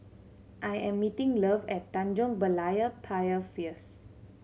I am meeting Love at Tanjong Berlayer Pier